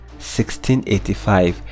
1685